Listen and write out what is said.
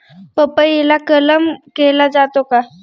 पपईला कलम केला जातो का?